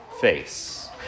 face